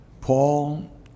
Paul